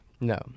No